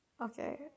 Okay